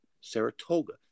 Saratoga